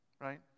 Right